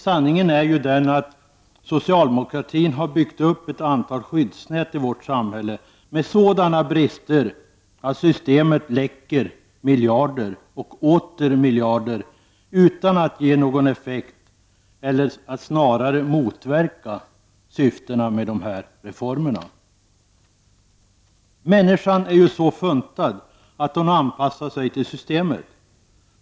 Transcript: Sanningen är ju den att socialdemokratin har byggt upp ett antal skyddsnät i vårt samhälle med sådana brister att systemet läcker miljarder och åter miljarder kronor utan att ge någon effekt eller som snarare motverkar syftet med reformerna. Människan är så funtad att hon anpassar sig till systemet.